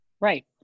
Right